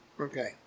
Okay